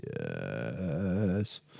yes